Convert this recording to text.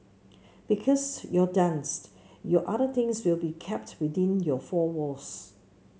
because your dance your other things will be kept within your four walls